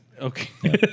Okay